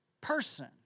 person